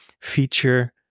feature